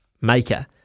maker